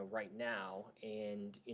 right now. and,